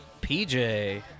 PJ